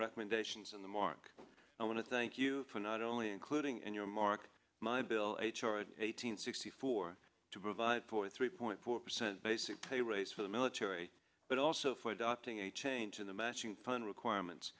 recommendations in the mark and i want to thank you for not only including and your mark my bill h r eight hundred sixty four to provide for three point four percent basic pay raise for the military but also for adopting a change in the matching phone requirements